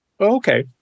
Okay